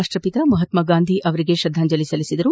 ರಾಷ್ಟಪಿತ ಮಪಾತ್ಮ ಗಾಂಧಿ ಅವರಿಗೆ ಶ್ರದ್ಧಾಂಜಲಿ ಸಲ್ಲಿಸಿದರು